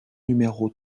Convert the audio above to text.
numéro